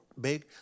big